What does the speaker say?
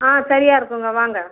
ஆ சரியாக இருக்குங்க வாங்க